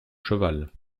cheval